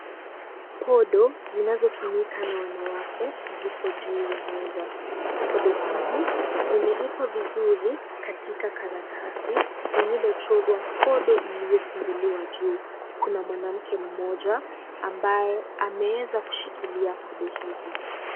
Podo zinazotumika na wanawake ziko juu ya meza. Podo hizi zimeekwa vizuri katika karatasi lililochorwa podo iliyofunguliwa juu. Kuna mwanamke mmoja ambae ameeza kushikilia podo hizi.